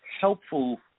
helpful